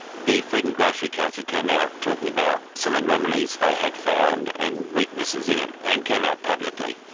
the food and grocery council came out talking about some anomalies they had found and weaknesses in it, and came out publicly,